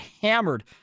hammered